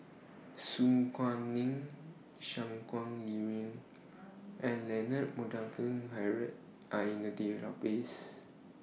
Su Guaning Shangguan Liuyun and Leonard Montague Harrod Are in The Database